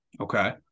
Okay